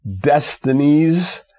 destinies